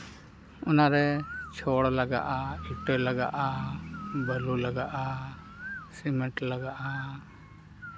ᱚᱱᱟᱨᱮ ᱪᱷᱚᱲ ᱞᱟᱜᱟᱜᱼᱟ ᱤᱴᱟᱹ ᱞᱟᱜᱟᱜᱼᱟ ᱵᱟᱹᱞᱤ ᱞᱟᱜᱟᱜᱼᱟ ᱥᱤᱢᱮᱱᱴ ᱞᱟᱜᱟᱜᱼᱟ